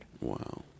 Wow